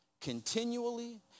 continually